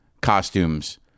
costumes